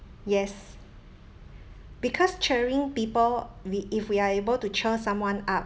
yes because cheering people we if we are able to cheer someone up